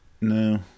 No